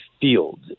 field